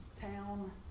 town